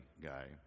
guy